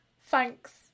thanks